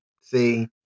see